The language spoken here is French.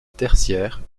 tertiaire